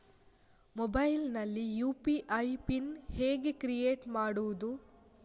Mobile ನಲ್ಲಿ UPI pin ಹೇಗೆ create ಮಾಡುವುದು?